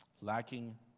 Lacking